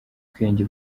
ubwenge